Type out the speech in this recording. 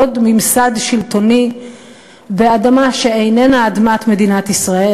עוד ממסד שלטוני באדמה שאיננה אדמת מדינת ישראל,